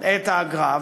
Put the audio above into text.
את האגרה,